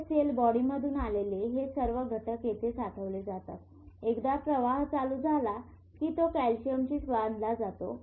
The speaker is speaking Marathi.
ते सेल बॉडीमधून आलेले हे सर्व घटक येथे साठवले जातात एकदा प्रवाह चालू झाला कि तो कॅल्शियमशी बांधला जातो